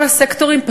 כל הסקטורים,